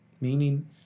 meaning